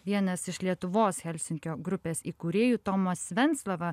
vienas iš lietuvos helsinkio grupės įkūrėjų tomas venclova